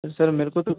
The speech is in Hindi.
सर मेरे को तो